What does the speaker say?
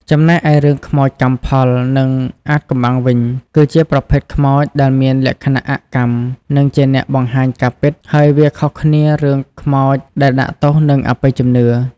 ចំំណែកឯរឿងខ្មោចកម្មផល និងអាថ៌កំបាំងវិញ គឺជាប្រភេទខ្មោចដែល មានលក្ខណៈអកម្ម និងជាអ្នកបង្ហាញការពិត ហើយវាខុសគ្នារឿងខ្មោចដែលដាក់ទោស និងអបិយជំនឿ។